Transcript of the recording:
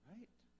Right